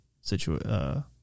situation